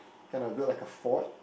kind of built like a fort